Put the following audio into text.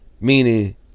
meaning